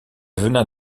venin